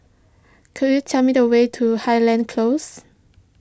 could you tell me the way to Highland Close